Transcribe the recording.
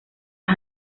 las